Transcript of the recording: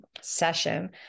session